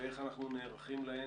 ואיך אנחנו נערכים להן.